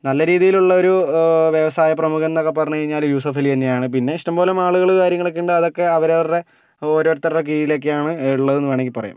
നല്ല രീതിയിൽ ഉള്ള ഒരു വ്യവസായ പ്രമുഖൻ എന്നൊക്കെ പറഞ്ഞു കഴിഞ്ഞാല് യൂസുഫ് അലി തന്നെയാണ് പിന്നെ ഇഷ്ടംപോലെ മാളുകൾ കാര്യങ്ങൾ ഒക്കെ ഉണ്ട് അതൊക്കെ അവരവരുടെ ഓരോരുത്തരുടെ കീഴിലൊക്കെയാണ് ഉള്ളത് എന്നൊക്കെ പറയാം